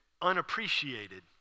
unappreciated